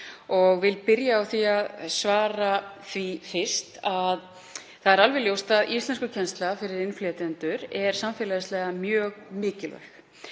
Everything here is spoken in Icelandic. og vil byrja á að svara því fyrst að það er alveg ljóst að íslenskukennsla fyrir innflytjendur er samfélagslega mjög mikilvæg.